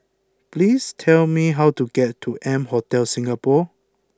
please tell me how to get to M Hotel Singapore